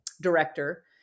director